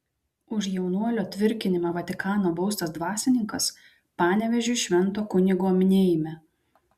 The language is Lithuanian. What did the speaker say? už jaunuolio tvirkinimą vatikano baustas dvasininkas panevėžiui švento kunigo minėjime